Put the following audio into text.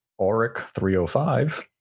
Auric305